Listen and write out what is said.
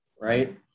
right